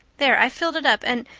there, i've filled it up, and,